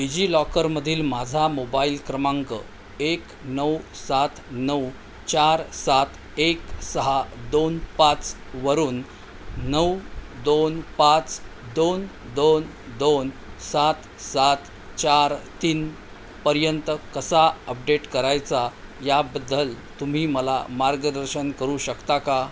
डिजिलॉकरमधील माझा मोबाईल क्रमांक एक नऊ सात नऊ चार सात एक सहा दोन पाचवरून नऊ दोन पाच दोन दोन दोन सात सात चार तीनपर्यंत कसा अपडेट करायचा याबद्दल तुम्ही मला मार्गदर्शन करू शकता का